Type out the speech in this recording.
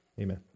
Amen